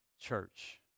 church